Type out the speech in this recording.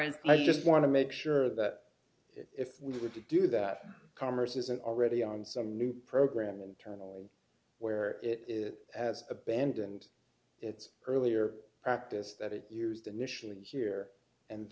as i just want to make sure that if we were to do that commerce isn't already on some new program internally where it has abandoned its earlier practices that it used initially here and